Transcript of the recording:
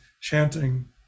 chanting